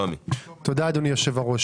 אבל בשביל לפתור את הבעיה הזאת גם בביטוח הלאומי